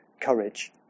courage